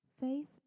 faith